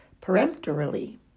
peremptorily